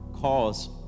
cause